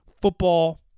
football